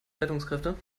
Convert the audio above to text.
rettungskräfte